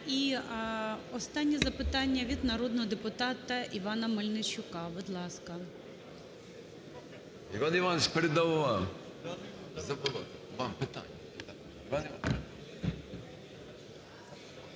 І останнє запитання від народного депутата Івана Мельничука, будь ласка.